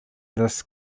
this